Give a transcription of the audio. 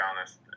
honest